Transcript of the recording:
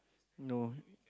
no